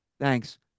Thanks